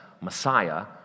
Messiah